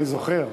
אני זוכר.